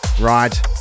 Right